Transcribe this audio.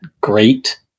great